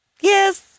Yes